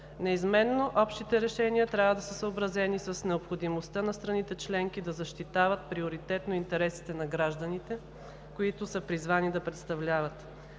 Неизменно общите решения трябва да са съобразени с необходимостта на страните членки да защитават приоритетно интересите на гражданите, които са призвани да представляват.